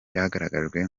byagaragajwe